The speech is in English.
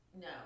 No